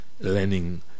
learning